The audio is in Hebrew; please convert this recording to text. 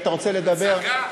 אתה רוצה לדבר, הצגה.